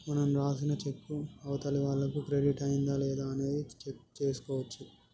మనం రాసిన చెక్కు అవతలి వాళ్లకు క్రెడిట్ అయ్యిందా లేదా అనేది చెక్ చేసుకోవచ్చు